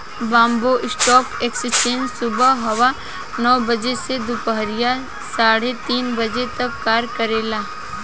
Bombay stock exchange सुबह सवा नौ बजे से दूपहरिया साढ़े तीन तक कार्य करेला